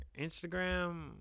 Instagram